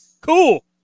Cool